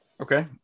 Okay